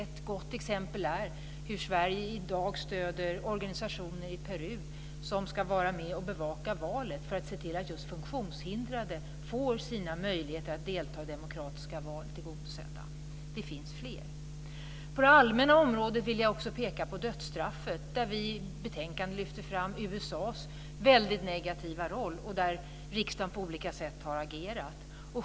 Ett gott exempel är hur Sverige i dag stöder organisationer i Peru som ska vara med och bevaka valet för att se till att just funktionshindrade får sina möjligheter att delta i demokratiska val tillgodosedda. Det finns fler. På det allmänna området vill jag också peka på dödsstraffet. I betänkandet lyfter vi fram USA:s negativa roll. Riksdagen har på olika sätt agerat.